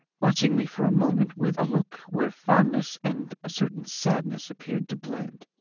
watching me for a moment with a look where fondness and a certain sadness appeared to blend.